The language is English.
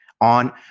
on